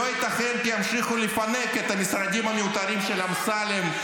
לא ייתכן כי ימשיכו לפנק את המשרדים המיותרים של אמסלם,